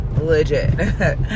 legit